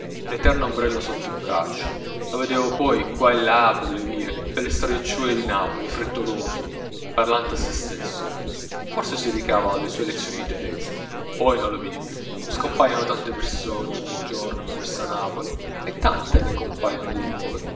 l'eterna ombrella sotto il braccio lo vedevo poi qua a là per le vie per le stradicciuole di napoli frettoloso parlante a se stesso forse si recava alle sue lezioni di tedesco poi non lo vidi più scompaiono tante persone ogni giorno in questa napoli e tante ne compaiono di nuove